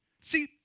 See